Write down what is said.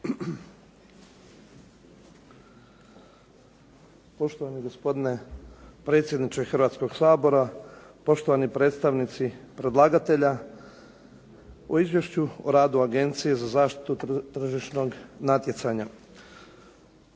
Poštovani gospodine predsjedniče Hrvatskog sabora, poštovani predstavnici predlagatelja u izvješću o radu Agencije za zaštitu tržišnog natjecanja.